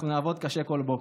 אנחנו נעבוד קשה כל בוקר.